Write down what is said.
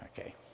Okay